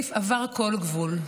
עופר כסיף עבר כל גבול.